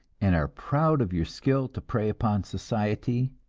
and are proud of your skill to prey upon society.